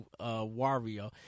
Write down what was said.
Wario